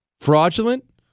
fraudulent